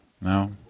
No